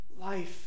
Life